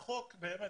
באמת